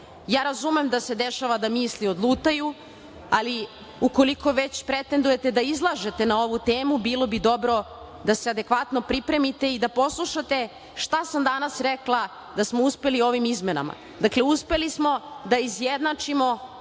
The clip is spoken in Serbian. Razumem da se dešava da misli odlutaju, ali ukoliko već pretendujete da izlažete na ovu temu, bilo bi dobro da se adekvatno pripremite i da poslušate šta sam danas rekla da smo uspeli ovim izmenama. Dakle, uspeli da izjednačimo